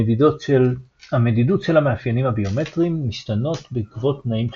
המדידות של המאפיינים הביומטריים משתנות בעקבות תנאים חיצוניים,